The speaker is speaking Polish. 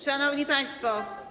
Szanowni państwo.